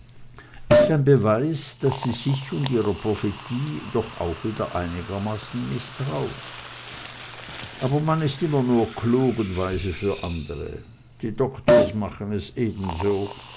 ist ein beweis daß sie sich und ihrer prophetie doch auch wieder einigermaßen mißtraute aber man ist immer nur klug und weise für andre die doktors machen es ebenso